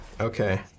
Okay